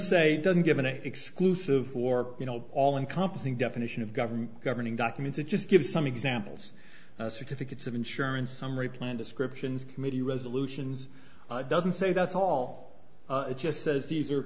say doesn't give an exclusive for you know all encompassing definition of government governing documents and just give some examples certificates of insurance summary plan descriptions committee resolutions doesn't say that's all it just says these are